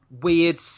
weird